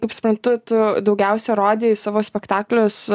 kaip suprantu tu daugiausiai rodei savo spektaklius